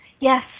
Yes